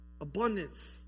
abundance